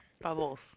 Bubbles